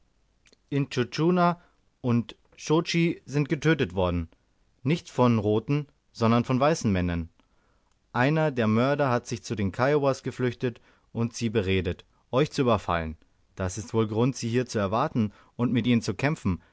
tschuna und nscho tschi sind getötet worden nicht von roten sondern von weißen männern einer der mörder hat sich zu den kiowas geflüchtet und sie beredet euch zu überfallen das ist wohl grund sie hier zu erwarten und mit ihnen zu kämpfen